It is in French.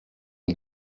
île